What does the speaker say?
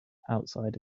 outside